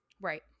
Right